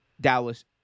Dallas